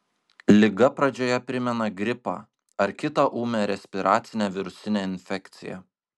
liga pradžioje primena gripą ar kitą ūmią respiracinę virusinę infekciją